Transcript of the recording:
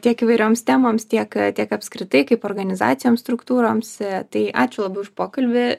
kiek įvairioms temoms tiek tiek apskritai kaip organizacijoms struktūroms tai ačiū labai už pokalbį